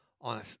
on